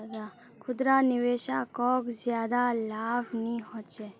खुदरा निवेशाकोक ज्यादा लाभ नि होचे